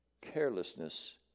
Carelessness